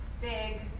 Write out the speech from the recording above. big